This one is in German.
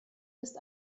ist